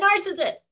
narcissist